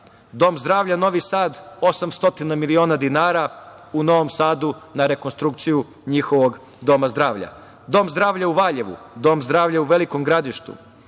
Dom zdravlja Novi Sad, 800 miliona dinara u Novom Sadu na rekonstrukciju njihovog Doma zdravlja. Dalje, Dom zdravlja u Valjevu, Dom zdravlja u Velikom Gradištu,